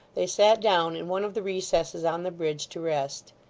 they sat down in one of the recesses on the bridge, to rest.